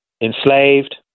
enslaved